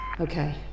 Okay